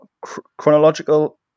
chronological